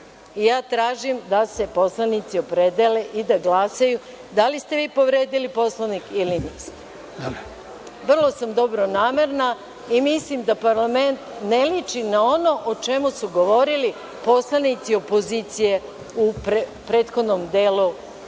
i ja tražim da se poslanici opredele i da glasaju da li ste vi povredili Poslovnik ili niste. Vrlo sam dobronamerna i mislim da parlament ne liči na ono o čemu su govorili poslanici opozicije u prethodnom delu